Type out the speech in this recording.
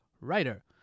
writer